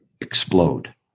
explode